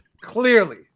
Clearly